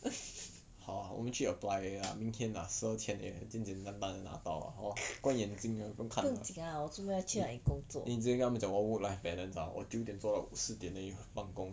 不用紧啦我为什么要去那里工作